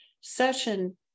session